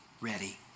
ready